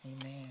amen